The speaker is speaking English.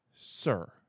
sir